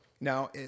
now